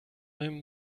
him